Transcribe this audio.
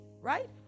right